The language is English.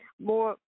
More